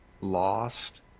lost